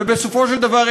ובסוף, לצמד עוזרי